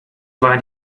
war